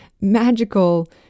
magical